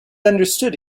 understood